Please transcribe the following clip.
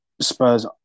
Spurs